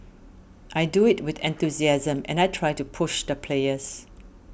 I do it with enthusiasm and I try to push the players